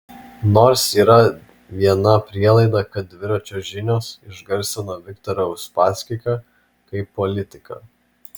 nors yra viena prielaida kad dviračio žinios išgarsino viktorą uspaskichą kaip politiką